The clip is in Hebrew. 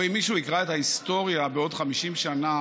או אם מישהו יקרא את ההיסטוריה בעוד 50 שנה,